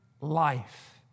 life